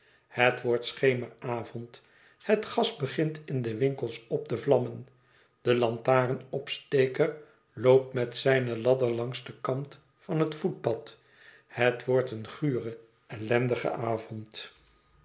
het wordt schemeravond het gas begint in de winkels op te vlammen de lantaarnopsteker loopt met zijne ladder langs den kant van het voetpad het wordt een gure ellendige avond